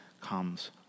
comes